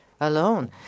alone